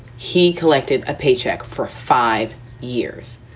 he collected a paycheck for five years.